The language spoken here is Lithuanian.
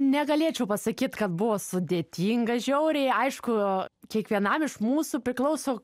negalėčiau pasakyt kad buvo sudėtinga žiauriai aišku kiekvienam iš mūsų priklauso